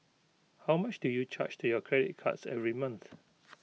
how much do you charge to your credit cards every month